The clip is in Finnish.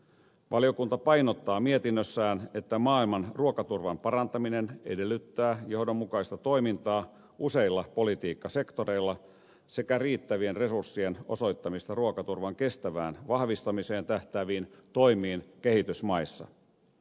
valiokunta painottaa mietinnössään että maailman ruokaturvan parantaminen edellyttää johdonmukaista toimintaa useilla politiikkasektoreilla sekä riittävien resurssien osoittamista ruokaturvan kestävään vahvistamiseen tähtääviin toimiin kehitysmaissa